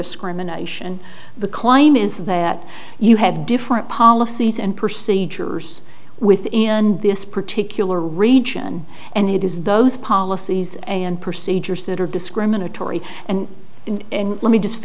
discrimination the claim is that you have different policies and procedures within this particular region and it is those policies and procedures that are discriminatory and in and let me just